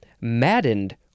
maddened